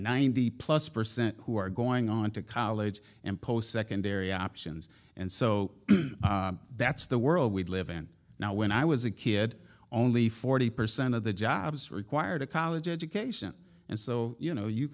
ninety plus percent who are going on to college and post secondary options and so that's the world we live in now when i was a kid only forty percent of the jobs required a college education and so you know you